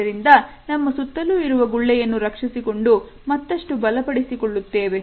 ಇದರಿಂದ ನಮ್ಮ ಸುತ್ತಲೂ ಇರುವ ಗುಳ್ಳೆಯನ್ನು ರಕ್ಷಿಸಿಕೊಂಡು ಮತ್ತಷ್ಟು ಬಲಪಡಿಸಿ ಕೊಳ್ಳುತ್ತೇವೆ